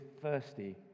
thirsty